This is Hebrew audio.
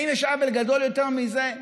האם יש עוול גדול יותר מזה?